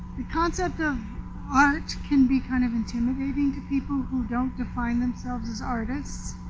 the concept of art can be kind of intimidating to people who don't define themselves as artists.